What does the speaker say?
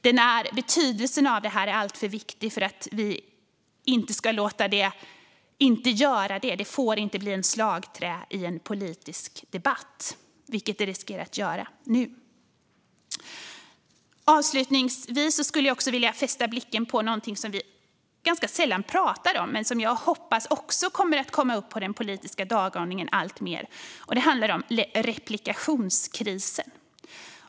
Den akademiska friheten är alltför viktig för att vi inte ska skriva in den i grundlagen. Den får inte bli ett slagträ i en politisk debatt, vilket den riskerar att bli nu. Avslutningsvis skulle jag också vilja fästa blicken på något som vi ganska sällan pratar om men som jag hoppas också kommer upp på den politiska dagordningen alltmer; det handlar om replikationskriser.